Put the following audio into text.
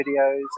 videos